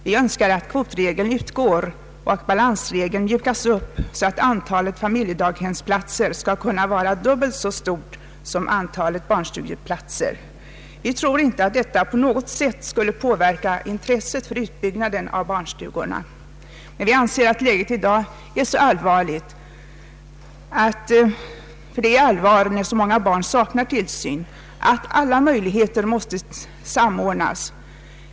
Vi önskar att kvotregeln avskaffas och att balansregeln mjukas upp så att antalet familjedaghemsplatser skall vara dubbelt så stort som antalet barnstugeplatser. Vi tror inte att detta på något sätt skulle påverka intresset för utbyggnaden av barnstugorna. Vi anser att läget i dag är så allvarligt — ty det är allvarligt när så många barn saknar tillsyn — att alla möjligheter måste samordnas.